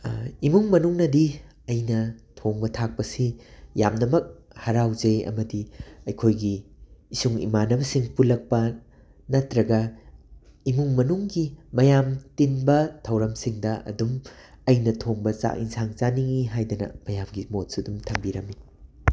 ꯏꯃꯨꯡ ꯃꯅꯨꯡꯅꯗꯤ ꯑꯩꯅ ꯊꯣꯡꯕ ꯊꯥꯛꯄꯁꯤ ꯌꯥꯝꯅꯃꯛ ꯍꯔꯥꯎꯖꯩ ꯑꯃꯗꯤ ꯑꯩꯈꯣꯏꯒꯤ ꯏꯁꯨꯡ ꯏꯃꯥꯟꯅꯕꯁꯤꯡ ꯄꯨꯜꯂꯛꯄ ꯅꯠꯇ꯭ꯔꯒ ꯏꯃꯨꯡ ꯃꯅꯨꯡꯒꯤ ꯃꯌꯥꯝ ꯇꯤꯟꯕ ꯊꯧꯔꯝꯁꯤꯡꯗ ꯑꯗꯨꯝ ꯑꯩꯅ ꯊꯣꯡꯕ ꯆꯥꯛ ꯑꯦꯟꯁꯥꯡ ꯆꯥꯅꯤꯡꯉꯤ ꯍꯥꯏꯗꯅ ꯃꯌꯥꯝꯒꯤ ꯃꯣꯠꯁꯨ ꯑꯗꯨꯝ ꯊꯝꯕꯤꯔꯝꯃꯤ